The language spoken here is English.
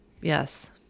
Yes